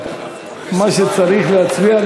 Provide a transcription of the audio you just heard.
מה שצריך להצביע,